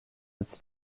its